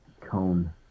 cone